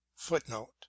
Footnote